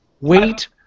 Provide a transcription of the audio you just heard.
Wait